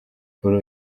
kuri